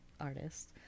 artist